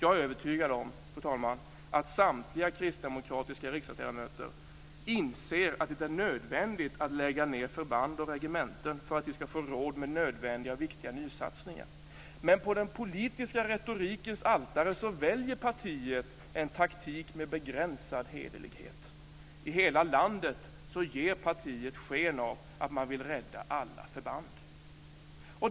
Jag är övertygad om att samtliga kristdemokratiska riksdagsledamöter inser att det är nödvändigt att lägga ned förband och regementen för att vi ska få råd med nödvändiga och viktiga nysatsningar. Men på den politiska retorikens altare väljer partiet en taktik med begränsad hederlighet. I hela landet ger partiet sken av att man vill rädda alla förband.